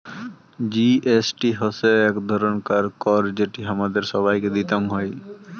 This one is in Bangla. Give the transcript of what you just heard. জি.এস.টি হসে এক ধরণকার কর যেটি হামাদের সবাইকে দিতং হই